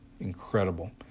incredible